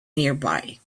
nearby